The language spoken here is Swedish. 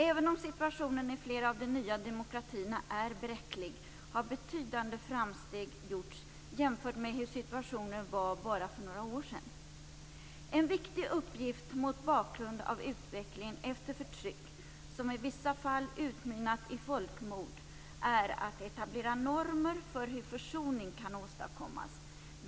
Även om situationen i flera av de nya demokratierna är bräcklig, har betydande framsteg gjorts jämfört med hur situationen var bara för några år sedan. En viktigt uppgift mot bakgrund av utvecklingen efter förtrycket, som i vissa fall utmynnat i folkmord, är att etablera normer för hur försoning kan åstadkommas.